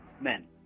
men